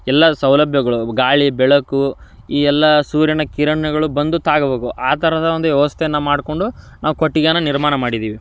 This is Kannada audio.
ಎಲ್ಲಾ ಸೌಲಭ್ಯಗಳು ಗಾಳಿ ಬೆಳಕು ಈ ಎಲ್ಲಾ ಸೂರ್ಯನ ಕಿರಣಗಳು ಬಂದು ತಾಗಬೇಕು ಆ ಥರದ ಒಂದು ವ್ಯವಸ್ಥೆಯನ್ನು ಮಾಡಿಕೊಂಡು ನಾವು ಕೊಟ್ಟಿಗೆಯನ್ನು ನಿರ್ಮಾಣ ಮಾಡಿದ್ದೀವಿ